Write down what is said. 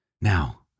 Now